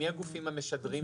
מי הגופים המשדרים.